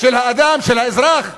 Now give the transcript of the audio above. של האדם, של האזרח,